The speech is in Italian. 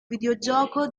videogioco